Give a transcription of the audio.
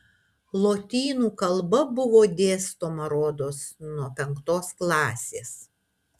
lotynų kalba buvo dėstoma rodos nuo penktos klasės